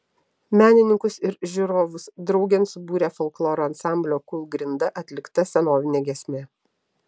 menininkus ir žiūrovus draugėn subūrė folkloro ansamblio kūlgrinda atlikta senovinė giesmė